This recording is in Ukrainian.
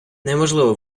неможливо